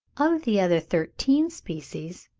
of the other thirteen species,